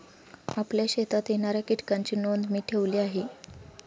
आपल्या शेतात येणाऱ्या कीटकांची नोंद मी ठेवली आहे